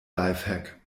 lifehack